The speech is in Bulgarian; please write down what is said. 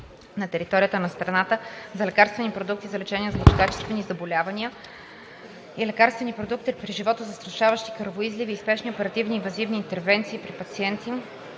на територията на страната, за лекарствени продукти за лечение на злокачествени заболявания и лекарствени продукти при животозастрашаващи кръвоизливи и спешни оперативни и инвазивни интервенции при пациенти